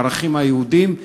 הערכים היהודיים,